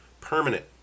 permanent